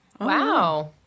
Wow